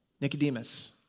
Nicodemus